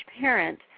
parent